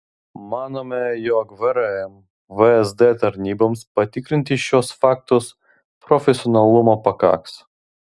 manome jog vrm vsd tarnyboms patikrinti šiuos faktus profesionalumo pakaks